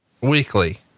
weekly